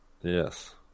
Yes